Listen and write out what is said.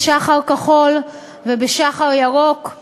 ב"שח"ר כחול" וב"שח"ר ירוק";